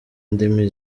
indimi